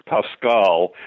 Pascal